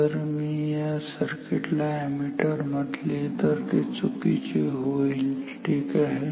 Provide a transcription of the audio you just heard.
जर मी या सर्किट ला अॅमीटर म्हटले तर ते चुकीचे होईल ठीक आहे